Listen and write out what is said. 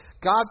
God